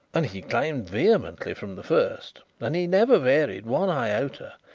and he claimed vehemently from the first, and he never varied one iota,